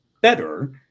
better